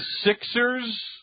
Sixers